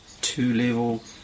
two-level